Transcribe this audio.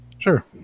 Sure